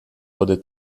wurde